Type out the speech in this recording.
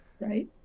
Right